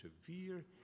severe